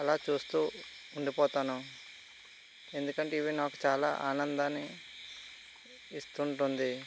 అలా చూస్తు ఉండిపోతాను ఎందుకంటే ఇవి నాకు చాలా ఆనందాన్ని ఇస్తు ఉంటుంది